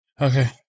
Okay